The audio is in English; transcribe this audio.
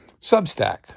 Substack